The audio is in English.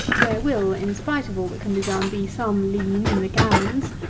there will, in spite of all that can be done, be some lean in the gammons,